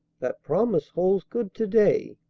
that promise holds good to-day.